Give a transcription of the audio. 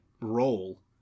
role